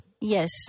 Yes